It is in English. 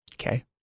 Okay